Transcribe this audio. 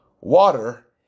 water